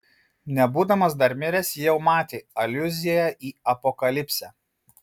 nebūdamas dar miręs jau matė aliuzija į apokalipsę